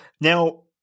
Now